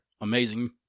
amazing